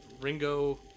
Ringo